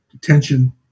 detention